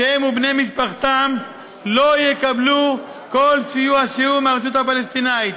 שהם ובני משפחתם לא יקבלו כל סיוע שהוא מהרשות הפלסטינית